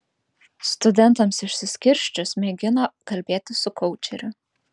studentams išsiskirsčius mėgino kalbėtis su koučeriu